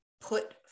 put